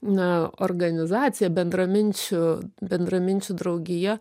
na organizacija bendraminčių bendraminčių draugija